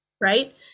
Right